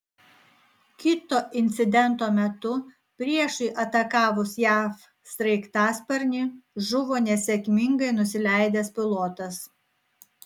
kito incidento metu priešui atakavus jav sraigtasparnį žuvo nesėkmingai nusileidęs pilotas